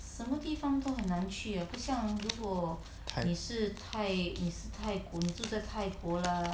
太